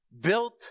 built